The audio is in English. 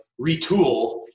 retool